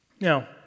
Now